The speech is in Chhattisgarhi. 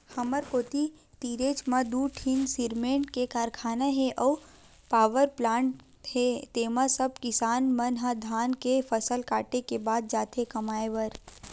हमर कोती तीरेच म दू ठीन सिरमेंट के कारखाना हे अउ पावरप्लांट हे तेंमा सब किसान मन ह धान के फसल काटे के बाद जाथे कमाए बर